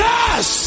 Yes